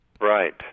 Right